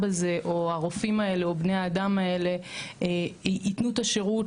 הזה או הרופאים האלה או בני האדם האלה ייתנו את השירות